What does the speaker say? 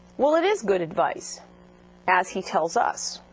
well it is good advice as he tells us